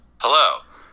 Hello